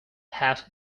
half